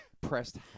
pressed